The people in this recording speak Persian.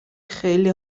خیلی